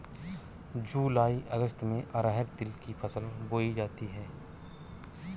जूलाई अगस्त में अरहर तिल की फसल बोई जाती हैं